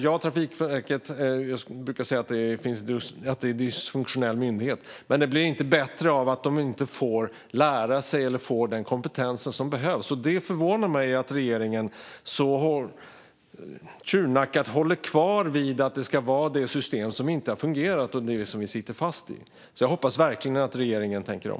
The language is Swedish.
Jag brukar säga att Trafikverket är en dysfunktionell myndighet, men det blir inte bättre av att de inte får lära sig eller får den kompetens som behövs. Det förvånar mig att regeringen så hårdnackat vill ha kvar ett system som inte har fungerat, som vi sitter fast i. Jag hoppas verkligen att regeringen tänker om.